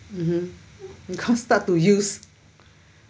mmhmm can't start to use